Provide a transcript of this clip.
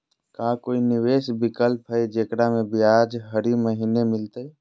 का कोई निवेस विकल्प हई, जेकरा में ब्याज हरी महीने मिलतई?